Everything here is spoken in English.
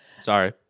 sorry